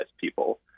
people